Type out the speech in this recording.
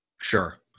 Sure